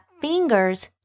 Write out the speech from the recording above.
fingers